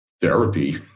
therapy